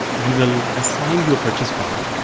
we will assign your purchase power,